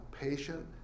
patient